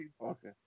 Okay